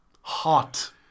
Hot